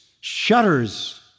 shudders